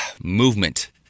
movement